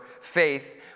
faith